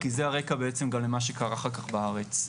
כי זה הרקע בעצם גם למה שקרה אחר-כך בארץ.